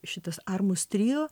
šitas armus trio